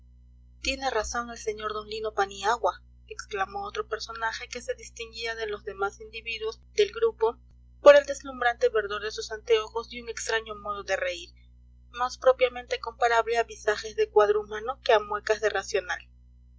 tiene razón el sr d lino paniagua exclamó otro personaje que se distinguía de los demás individuos del grupo por el deslumbrante verdor de sus anteojos y un extraño modo de reír más propiamente comparable a visajes de cuadrumano que a muecas